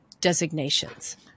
designations